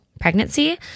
pregnancy